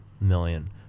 million